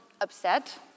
upset